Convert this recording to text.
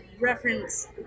reference